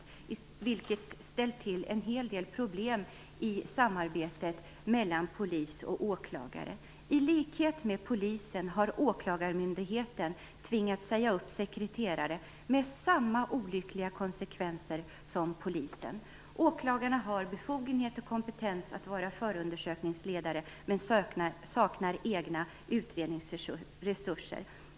Det har ställt till en hel del problem i samarbetet mellan polis och åklagare. I likhet med polisen har åklagarmyndigheten tvingats säga upp sekreterare. Det har fått samma olyckliga konsekvenser som i polisens fall. Åklagarna har befogenhet och kompetens att vara förundersökningsledare, men saknar egna utredningsresurser.